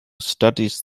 studies